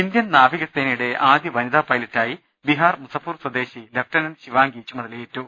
Indian നാവിക സേനയുടെ ആദ്യ വനിതാ പൈലറ്റായി ബിഹാർ മുസാഫർപൂർ സ്വദേശി ലഫ്റ്റനന്റ് ശിവാംഗി ചുമതലയേറ്റു